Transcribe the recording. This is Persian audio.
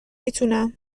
میتونم